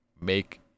make